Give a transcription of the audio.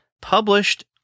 published